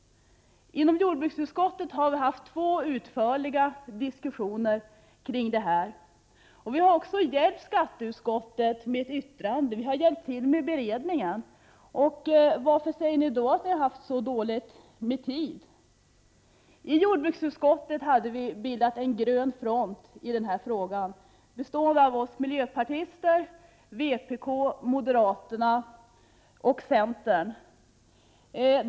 Inom jordbruksutskottet har vi haft två utförliga diskussioner om denna fråga, och vi har hjälpt skatteutskottet med beredningen och lämnat ett yttrande. Varför säger ni då att ni har haft så dåligt med tid? I jordbruksutskottet hade vi bildat en grön front i denna fråga bestående av oss miljöpartister, vpk, moderaterna och centern.